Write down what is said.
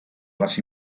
las